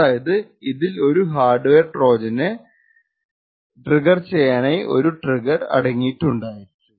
അതായത് ഇതിൽ ഒരു ഹാർഡ്വെയർ ട്രോജനെ ട്രിഗർ ചെയ്യാനായി ഒരു ട്രിഗർ അടങ്ങിയിരിക്കുന്നുണ്ടാകും